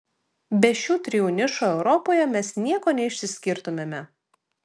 be šių trijų nišų europoje mes nieko neišsiskirtumėme